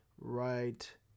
right